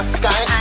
sky